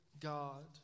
God